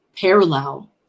parallel